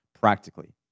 practically